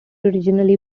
originally